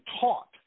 taught